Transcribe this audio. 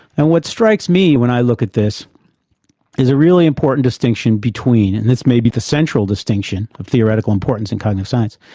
and what strikes me when i look at this is a really important distinction between, and this may be the central distinction of theoretical importance in cognitive science,